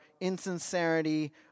insincerity